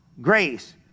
Grace